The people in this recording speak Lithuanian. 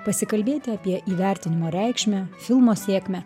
pasikalbėti apie įvertinimo reikšmę filmo sėkmę